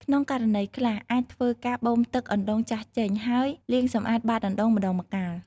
ក្នុងករណីខ្លះ អាចធ្វើការបូមទឹកអណ្ដូងចាស់ចេញ ហើយលាងសម្អាតបាតអណ្ដូងម្តងម្កាល។